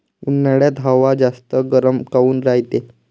उन्हाळ्यात हवा जास्त गरम काऊन रायते?